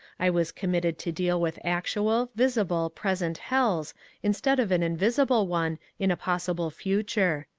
i was committed to deal with actual, visible, present hells instead of an invisible one in a possible future.